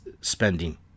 spending